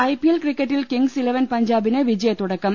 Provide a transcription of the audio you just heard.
IPL ക്രിക്കറ്റിൽ kings eleven പഞ്ചാബിന് വിജയത്തു ടക്കം